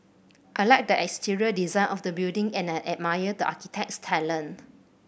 I like the exterior design of the building and I admire the architect's talent